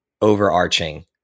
overarching